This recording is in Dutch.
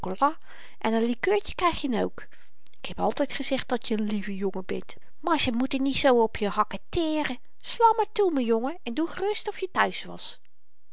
en n likeurtje kryg je n ook ik heb altyd gezegd dat je n lieve jongen bent maar ze moeten niet zoo op je hakketeeren sla maar toe m'n jongen en doe gerust of je thuis was